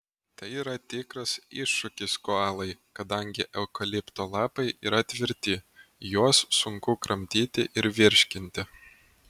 tai yra tikras iššūkis koalai kadangi eukalipto lapai yra tvirti juos sunku kramtyti ir virškinti